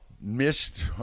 missed